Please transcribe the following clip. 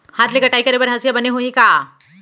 हाथ ले कटाई करे बर हसिया बने होही का?